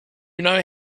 know